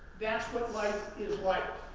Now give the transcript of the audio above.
that's what life is like.